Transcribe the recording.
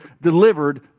delivered